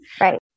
Right